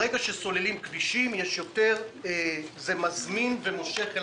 ברגע שסוללים כבישים זה מזמין ומושך יותר